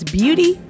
beauty